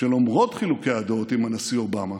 שלמרות חילוקי הדעות עם הנשיא אובמה